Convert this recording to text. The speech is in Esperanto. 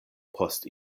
post